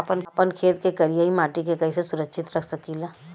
आपन खेत के करियाई माटी के कइसे सुरक्षित रख सकी ला?